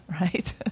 right